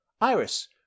Iris